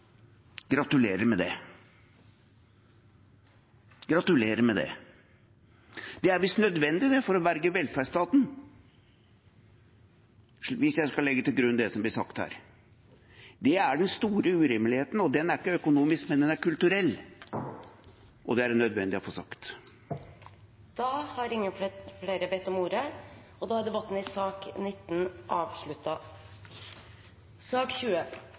gratulerer med det. Det er visst nødvendig for å berge velferdsstaten, hvis jeg skal legge til grunn det som blir sagt her. Det er den store urimeligheten, og den er ikke økonomisk, men den er kulturell, og det er det nødvendig å få sagt. Flere har ikke bedt om ordet til sak nr. 19. Referanse til votering Etter ønske fra arbeids- og sosialkomiteen vil presidenten ordne debatten